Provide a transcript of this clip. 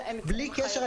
בלי קשר,